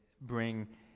bring